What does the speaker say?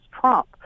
Trump